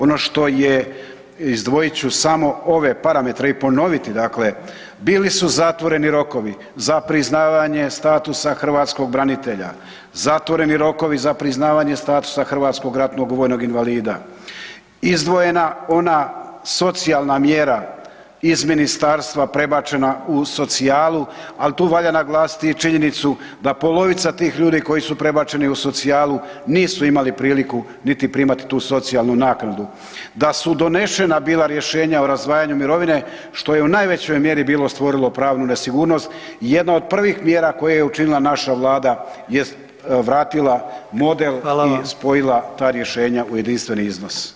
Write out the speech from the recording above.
Ono što je izdvojit ću samo ove parametre i ponoviti dakle bili su zatvoreni rokovi za priznavanje statusa hrvatskog branitelja, zatvoreni rokovi za priznavanje HRVI, izdvojena ona socijalna mjera iz ministarstva prebačena u socijalu, ali tu valja naglasiti i činjenicu da polovica tih ljudi koji prebačeni u socijalu nisu imali priliku niti primati tu socijalnu naknadu, da su donešena bila rješenja o razdvajanju mirovine što je u najvećoj mjeri bilo stvorilo pravnu nesigurnost i jedna od prvih mjera koje je učinila naša Vlada jest vratila model i spojila ta rješenja u jedinstveni iznos.